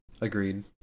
Agreed